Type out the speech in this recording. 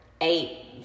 eight